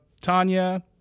Tanya